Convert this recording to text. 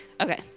Okay